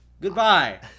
Goodbye